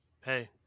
Hey